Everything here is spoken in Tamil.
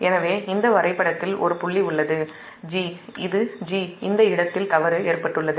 எனவே இந்த வரைபடத்தில் ஒரு புள்ளி உள்ளது இது 'g' இந்த இடத்தில் தவறு ஏற்பட்டுள்ளது